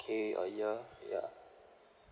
K a year ya